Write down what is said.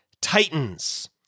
titans